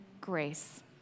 grace